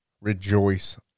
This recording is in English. Rejoice